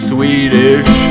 Swedish